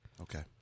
Okay